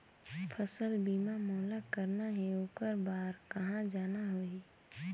फसल बीमा मोला करना हे ओकर बार कहा जाना होही?